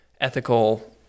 ethical